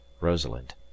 Rosalind